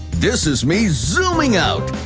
this is me zooming out.